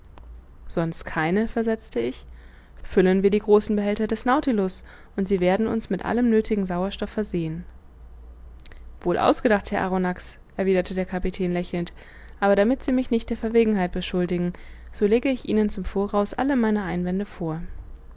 sonst keine versetzte ich füllen wir die großen behälter des nautilus und sie werden uns mit allem nöthigen sauerstoff versehen wohl ausgedacht herr arronax erwiderte der kapitän lächelnd aber damit sie mich nicht der verwegenheit beschuldigen so lege ich ihnen zum voraus alle meine einwände vor